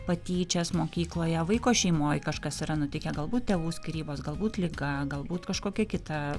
patyčias mokykloje vaiko šeimoj kažkas yra nutikę galbūt tėvų skyrybos galbūt liga galbūt kažkokia kita